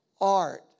art